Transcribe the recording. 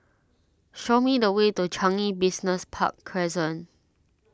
show me the way to Changi Business Park Crescent